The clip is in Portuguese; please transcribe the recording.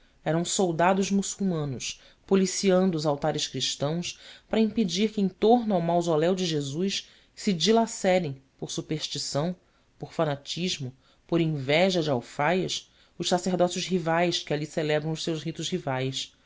eram soldados muçulmanos policiando os altares cristãos para impedir que em torno ao mausoléu de jesus se dilacerem por superstição por fanatismo por inveja de alfaias os sacerdócios rivais que ali celebram os seus ritos rivais